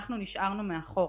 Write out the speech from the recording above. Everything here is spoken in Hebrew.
אנחנו נשארנו מאחור.